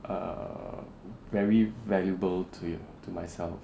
err very valuable to to myself